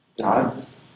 God's